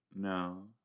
No